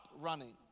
running